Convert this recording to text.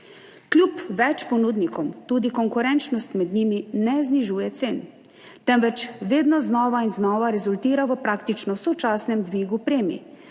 Kljub več ponudnikom tudi konkurenčnost med njimi ne znižuje cen, temveč vedno znova in znova rezultira v praktično sočasnem dvigu premij.